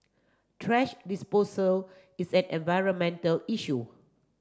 thrash disposal is an environmental issue